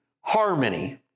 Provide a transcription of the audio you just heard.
harmony